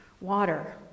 water